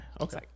Okay